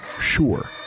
sure